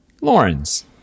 Lawrence